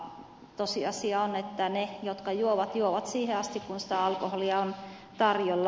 tosiasia on että ne jotka juovat juovat siihen asti kun sitä alkoholia on tarjolla